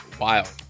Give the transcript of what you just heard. wild